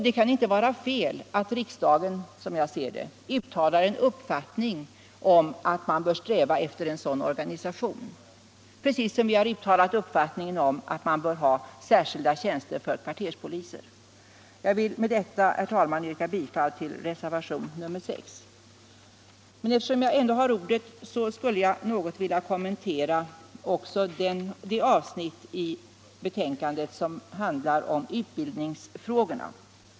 Det kan inte vara fel, som jag ser det, att riksdagen uttalar en uppfattning att man bör sträva efter en sådan organisation, precis som vi har uttalat vår uppfattning att det bör finnas särskilda tjänster för kvarterspoliser. Jag vill med detta, herr talman, yrka bifall till reservationen 6. Eftersom jag ändå har ordet skulle jag vilja kommentera också det avsnitt i betänkandet som handlar om utbildningsfrågorna.